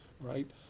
right